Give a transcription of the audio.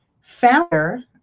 founder